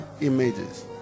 images